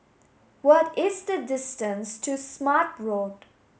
what is the distance to Smart Road